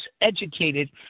educated